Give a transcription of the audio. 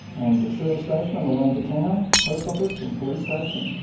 and the service station on the way into town. post office and police station.